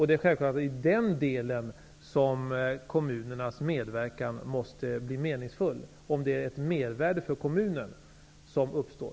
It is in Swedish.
Det är självfallet i den delen som kommunernas medverkan måste vara meningsfull, dvs. om det är ett mervärde för kommunen som uppstår.